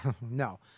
No